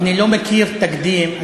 אני לא מכיר תקדים,